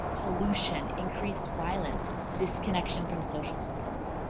pollution increased violence, disconnection from social supports.